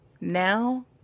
Now